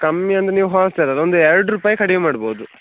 ಕಮ್ಮಿ ಅಂದರೆ ನೀವು ಹೋಲ್ಸೆಲ್ ಅಲಾ ಒಂದು ಎರಡು ರೂಪಾಯಿ ಕಡಿಮೆ ಮಾಡ್ಬೋದು